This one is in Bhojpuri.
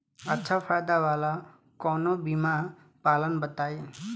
अच्छा फायदा वाला कवनो बीमा पलान बताईं?